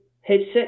headset